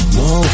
no